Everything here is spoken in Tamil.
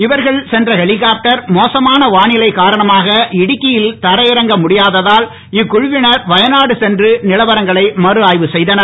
இவர்கள் சென்ற ஹெலிகாப்டர் மோசமான வானிலை காரணமாக இடுக்கியில் தரையிறங்க முடியாததால் இக்குழவினர் வயநாடு சென்று நிலவரங்களை மறுஆய்வு செய்தனர்